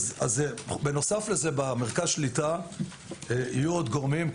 בנוסף לזה במרכז השליטה יהיו עוד גורמים.